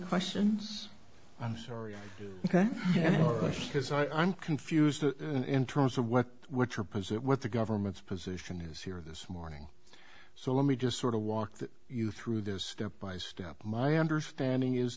questions i'm sorry because i'm confused in terms of what what your position what the government's position is here this morning so let me just sort of walked you through this step by step my understanding is